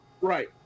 Right